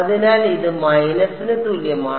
അതിനാൽ ഇത് മൈനസിന് തുല്യമാണ്